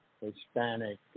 Hispanic